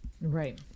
Right